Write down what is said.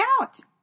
out